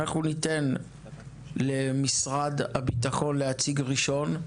אנחנו ניתן למשרד הביטחון להציג ראשון,